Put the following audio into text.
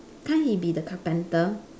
can't he be the carpenter